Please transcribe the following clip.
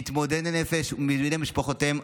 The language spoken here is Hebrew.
מתמודדי נפש ובני משפחותיהם,